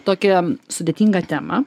tokią sudėtingą temą